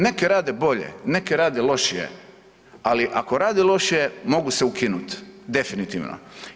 Neke rade bolje, neke rade lošije, ali ako rade lošije mogu se ukinut definitivno.